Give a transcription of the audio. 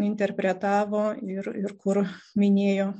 interpretavo ir ir kur minėjo